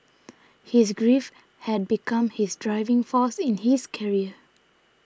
his grief had become his driving force in his career